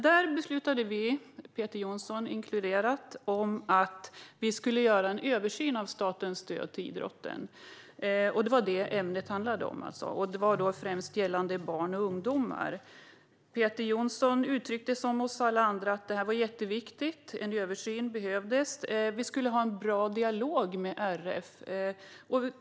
Där beslutade vi, Peter Johnsson inkluderad, att vi skulle göra en översyn av statens stöd till idrotten. Det var det som var ämnet för den här gruppen, och det gällde främst barn och ungdomar. Peter Johnsson uttryckte som alla vi andra att det här var jätteviktigt och att en översyn behövdes. Vi skulle ha en bra dialog med RF.